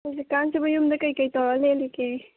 ꯍꯧꯖꯤꯛꯀꯥꯟꯁꯤꯕꯨ ꯌꯨꯝꯗ ꯀꯩꯀꯩ ꯇꯧꯔ ꯂꯦꯜꯂꯤꯒꯦ